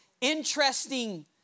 interesting